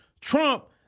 Trump